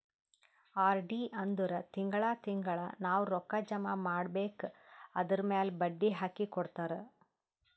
RD ಅಂದುರ್ ತಿಂಗಳಾ ತಿಂಗಳಾ ನಾವ್ ರೊಕ್ಕಾ ಜಮಾ ಮಾಡ್ಬೇಕ್ ಅದುರ್ಮ್ಯಾಲ್ ಬಡ್ಡಿ ಹಾಕಿ ಕೊಡ್ತಾರ್